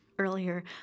Earlier